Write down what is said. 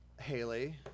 Haley